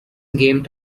game